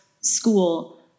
school